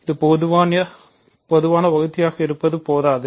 ஒரு பொதுவான வகுத்தியக இருப்பது போதாது